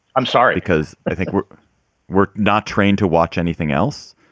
i'm sorry, because i think we're we're not trained to watch anything else.